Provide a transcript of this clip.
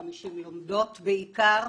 1,950 לומדות בעיקר.